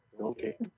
Okay